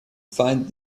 find